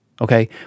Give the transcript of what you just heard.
Okay